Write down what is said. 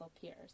peers